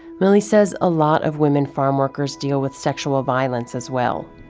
mily says a lot of women farmworkers deal with sexual violence as well.